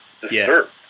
disturbed